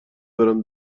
برم